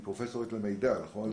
היא פרופסור למידע, נכון?